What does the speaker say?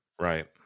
right